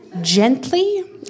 gently